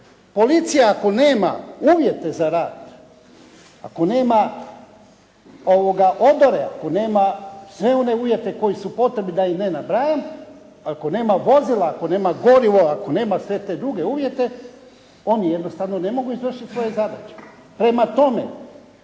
Policija ako nema uvjete za rad, ako nema odore, ako nema sve one uvjete koji su potrebni da ih ne nabrajam, ako nema vozila, ako nema gorivo, ako nema sve te druge uvjete, oni jednostavno ne mogu izvršiti svoje zadaće. Prema tome